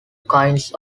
kinds